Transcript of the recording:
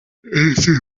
ese